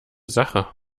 sache